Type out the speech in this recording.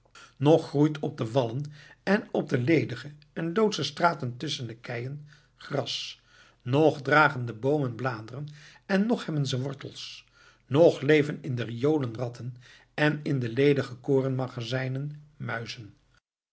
ng groeit op de wallen en op de ledige en doodsche straten tusschen de keien gras ng dragen de boomen bladeren en ng hebben ze wortels ng leven in de riolen ratten en in de ledige korenmagazijnen muizen